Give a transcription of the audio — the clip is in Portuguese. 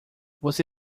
você